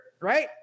Right